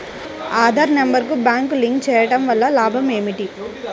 Aadhaar number బ్యాంక్నకు link చేయుటవల్ల లాభం ఏమిటి?